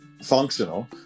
functional